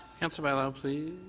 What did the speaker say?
councillor bailao, please.